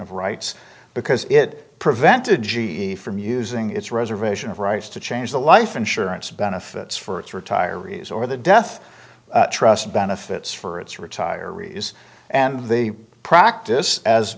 of rights because it prevented g e from using its reservation of rights to change the life insurance benefits for its retirees or the death trust benefits for its retire reduce and the practice as